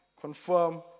confirm